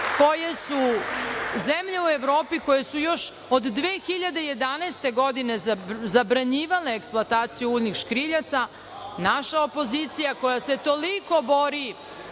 Znači, zemlje u Evropi su još od 2011. godine zabranjivale eksploataciju uljnih škriljaca, a naša opozicija koja se toliko bori